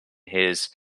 his